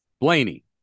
Blaney